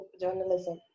journalism